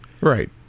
right